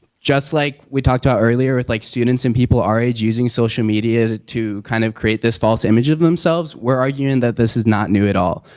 just like we talked about earlier with, like students and people our age using social media to kind of create this false image of themselves, we're arguing that this is not new at all.